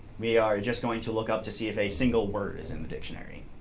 we are just going to look up to see if a single word is in the dictionary.